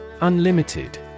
Unlimited